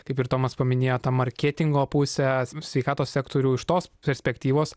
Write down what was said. kaip ir tomas paminėjo tą marketingo pusę sveikatos sektorių iš tos perspektyvos